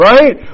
Right